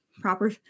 proper